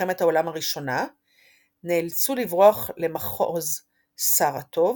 מלחמת העולם הראשונה נאלצו לברוח למחוז סראטוב,